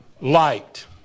light